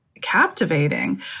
captivating